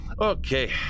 Okay